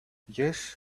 yes